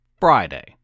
Friday